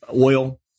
oil